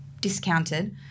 discounted